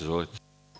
Izvolite.